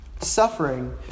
Suffering